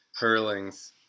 Hurlings